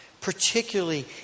particularly